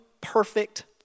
perfect